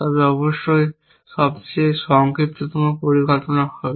তবে এটি অবশ্যই সবচেয়ে সংক্ষিপ্ততম পরিকল্পনা হবে